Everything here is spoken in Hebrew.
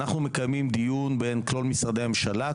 אנחנו מקיימים דיון בין כלל משרדי הממשלה,